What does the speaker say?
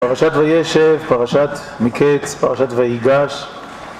פרשת וישב, פרשת מקץ, פרשת ויגש